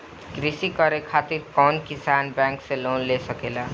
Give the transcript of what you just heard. कृषी करे खातिर कउन किसान बैंक से लोन ले सकेला?